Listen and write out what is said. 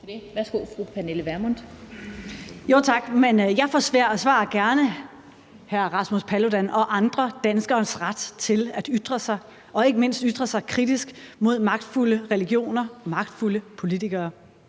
Kl. 18:03 Pernille Vermund (NB): Tak. Jeg forsvarer gerne hr. Rasmus Paludan og andre danskeres ret til at ytre sig og ikke mindst ytre sig kritisk over for magtfulde religioner og magtfulde politikere.